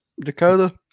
Dakota